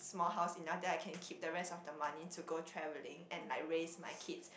small house enough then I can keep the rest of the money to go travelling and like raise my kids